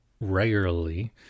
regularly